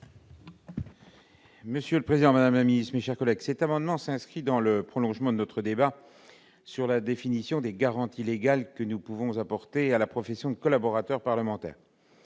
pour présenter l'amendement n° 149 rectifié. Cet amendement s'inscrit dans le prolongement de notre débat sur la définition des garanties légales que nous pouvons apporter à la profession de collaborateur parlementaire.